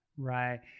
Right